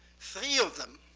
three of them